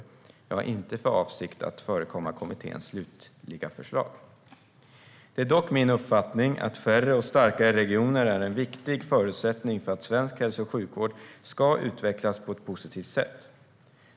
Jag har inte för avsikt att förekomma kommitténs slutliga förslag. Det är dock min uppfattning att färre och starkare regioner är en viktig förutsättning för att svensk hälso och sjukvård ska utvecklas på ett positivt sätt.